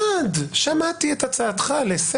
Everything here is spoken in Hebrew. משום שהשאלה תהיה עד כמה